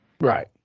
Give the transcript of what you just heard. Right